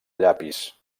llapis